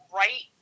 right